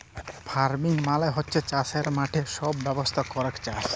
farming মালে হচ্যে চাসের মাঠে সব ব্যবস্থা ক্যরেক চাস